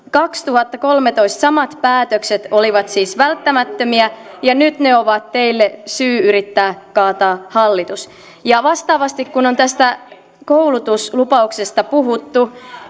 kaksituhattakolmetoista samat päätökset olivat siis välttämättömiä ja nyt ne ovat teille syy yrittää kaataa hallitus vastaavasti kun on tästä koulutuslupauksesta puhuttu